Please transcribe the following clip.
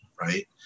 right